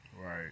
Right